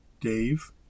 Dave